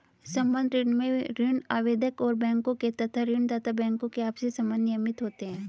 संबद्ध ऋण में ऋण आवेदक और बैंकों के तथा ऋण दाता बैंकों के आपसी संबंध नियमित होते हैं